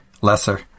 Lesser